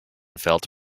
felt